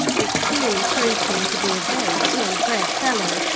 which clearly proved him to be a very ill-bred fellow,